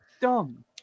dumb